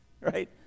right